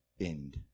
end